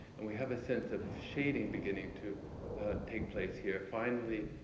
and we have a sense of shading beginning to take place here. finally,